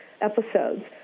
episodes